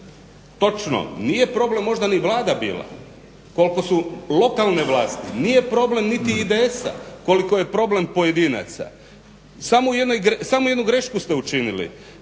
Točno, nije problem možda ni Vlada bila koliko su lokalne vlasti, nije problem niti IDS-a koliko je problem pojedinaca. Samo jednu grešku ste učinili,